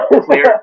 Clear